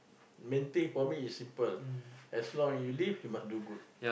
main thing for me is simple as long as you live you must do good